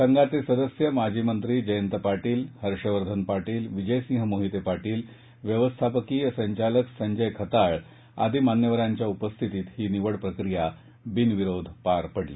संघाचे सदस्य माजी मंत्री जयंत पाटील हर्षवर्धन पाटील विजयसिंह मोहिते पाटील व्यवस्थापकीय संचालक संजय खताळ आदी मान्यवरांच्या उपस्थितीत ही निवड प्रक्रिया बिनविरोध पार पडली